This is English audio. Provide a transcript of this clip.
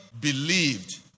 believed